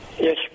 Yes